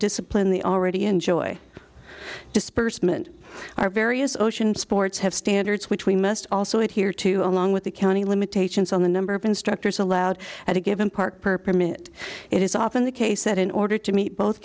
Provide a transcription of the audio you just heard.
discipline the already enjoy dispersement are various ocean sports have standards which we must also add here to along with the county limitations on the number of instructors allowed at a given park per permit it is often the case that in order to meet both